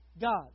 God